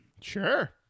Sure